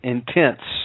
Intense